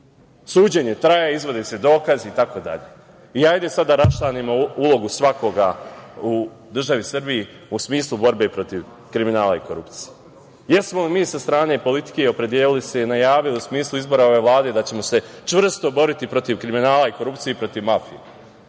Suđenje traje, izvode se dokazi itd. Hajde sada da rasčlanimo ulogu svakoga u državi Srbiji u smislu borbe protiv kriminala i korupcije. Jesmo li mi sa strane politike opredelili se i najavili u smislu izbora ove Vlade da ćemo se čvrsto boriti protiv kriminala i korupcije i protiv mafije?